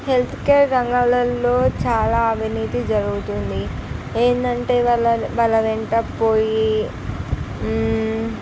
health care రంగాలలో చాలా అవినీతి జరుగుతుంది ఏంటంటే వాళ్ళ వాళ్ళ వెంట పోయి